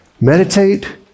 Meditate